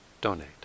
donate